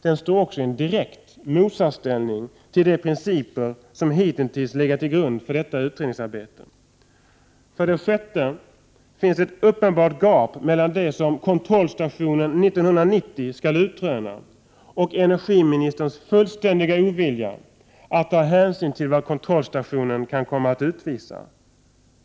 Den står också i en direkt motsatsställning till de principer som hitintills legat till grund för detta utredningsarbete. För det sjätte finns det ett uppenbart gap mellan det som kontrollstationen 1990 skall utröna och energiministerns fullständiga ovilja att ta hänsyn till vad kontrollstationen kan komma att utvisa.